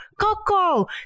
coco